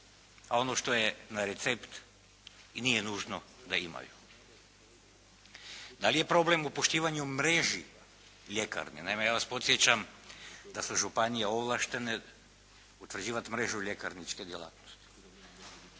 a ono što je na recept i nije nužno da imaju. Da li je problem u poštivanju mreži ljekarni? Naime, ja vas podsjećam da su županije ovlaštene utvrđivati mrežu ljekarničke djelatnosti.